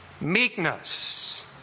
Meekness